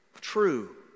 true